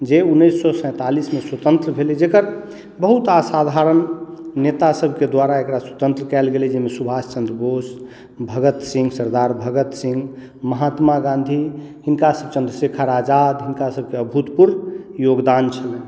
जे उन्नैस सए सैंतालिस मे स्वतंत्र भेलै जेकर बहुत असाधारण नेता सबके द्वारा एकरा स्वतंत्र कयल गेलै जाहिमे सुभाष चंद्र बोस भगत सिंघ सरदार भगत सिंह महात्मा गांधी हिनका सब चंद्र्शेखर आजाद हिनका सबके अभूतपूर्व योगदान छलै